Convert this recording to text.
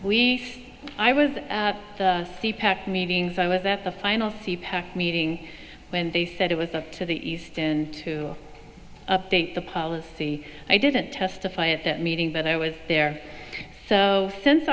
late i was the pac meetings i was at the final c pac meeting when they said it was up to the east and to update the policy i didn't testify at that meeting but i was there so since